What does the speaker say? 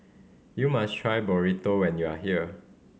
you must try Burrito when you are here